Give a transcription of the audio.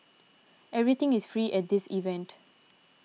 everything is free at this event